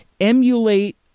emulate